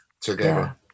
together